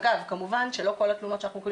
כמובן שלא כל התלונות שאנחנו מקבלים